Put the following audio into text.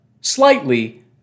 Slightly